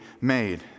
made